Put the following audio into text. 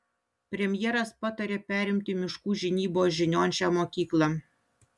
premjeras patarė perimti miškų žinybos žinion šią mokyklą